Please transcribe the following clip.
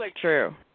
true